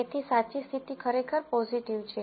તેથી સાચી સ્થિતિ ખરેખર પોઝીટિવ છે